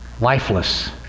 lifeless